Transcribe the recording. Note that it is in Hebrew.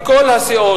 מכל הסיעות,